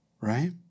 right